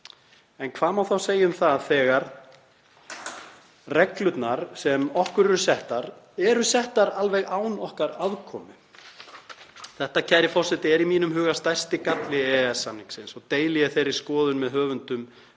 En hvað má þá segja um það þegar reglurnar sem okkur eru settar eru settar alveg án okkar aðkomu? Þetta, kæri forseti, er í mínum huga stærsti galli EES-samningsins og deili ég þeirri skoðun með höfundum